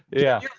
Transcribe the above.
yeah.